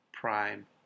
Prime